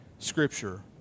Scripture